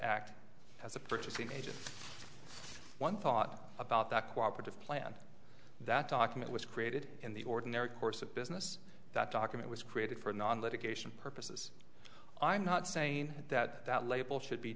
act as a purchase in ages one thought about that cooperate of plan that document was created in the ordinary course of business that document was created for non litigation purposes i'm not saying that that label should be